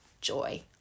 joy